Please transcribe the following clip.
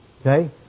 Okay